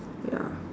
ya